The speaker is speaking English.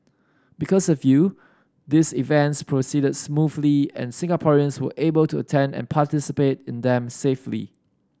because of you these events proceeded smoothly and Singaporeans were able to attend and participate in them safely